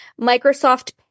Microsoft